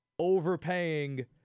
Overpaying